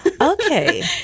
okay